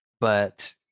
But-